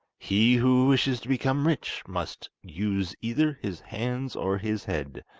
he who wishes to become rich must use either his hands or his head,